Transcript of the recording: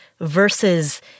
versus